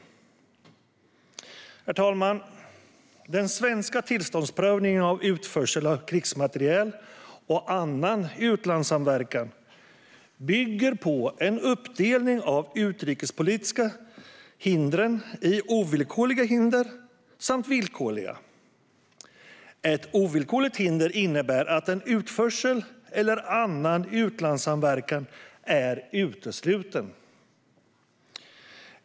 Herr talman! Den svenska tillståndsprövningen av utförsel av krigsmateriel och annan utlandssamverkan bygger på en uppdelning av utrikespolitiska hinder i ovillkorliga hinder samt villkorliga. Ett ovillkorligt hinder innebär att en utförsel eller annan utlandssamverkan är utesluten.